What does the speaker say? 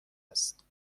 است